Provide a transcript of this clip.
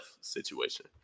situation